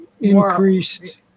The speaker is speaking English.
increased